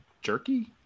Jerky